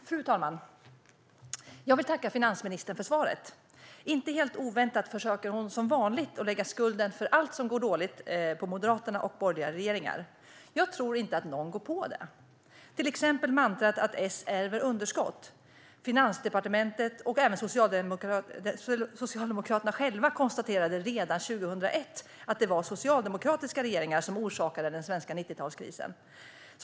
Fru talman! Jag vill tacka finansministern för svaret. Inte helt oväntat försöker hon som vanligt lägga skulden för allt som går dåligt på Moderaterna och borgerliga regeringar. Jag tror inte att någon går på det. Det gäller till exempel mantrat att S ärver underskott. Finansdepartementet och även Socialdemokraterna själva konstaterade redan 2001 att det var socialdemokratiska regeringar som orsakade den svenska 90-talskrisen.